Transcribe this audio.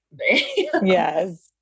Yes